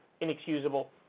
Inexcusable